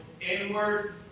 inward